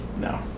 No